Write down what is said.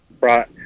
Right